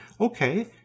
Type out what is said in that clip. Okay